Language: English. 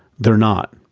they're not.